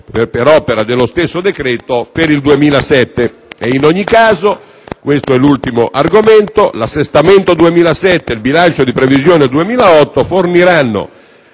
per opera dello stesso decreto-legge per il 2007. In ogni caso - questo è l'ultimo argomento - l'assestamento 2007 e il bilancio di previsione 2008 forniranno,